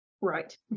Right